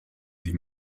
sie